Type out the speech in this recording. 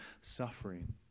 suffering